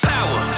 Power